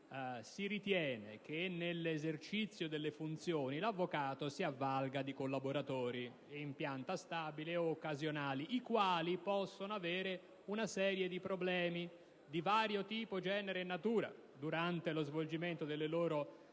infatti, che nell'esercizio delle funzioni l'avvocato si avvalga di collaboratori in pianta stabile o occasionale, i quali possono avere una serie di problemi di vario tipo, genere e natura, durante lo svolgimento delle loro funzioni.